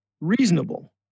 reasonable